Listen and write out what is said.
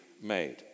made